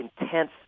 intense